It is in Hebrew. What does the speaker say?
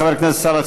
חבר הכנסת חיים ילין,